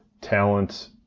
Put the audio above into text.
talent